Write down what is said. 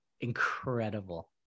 incredible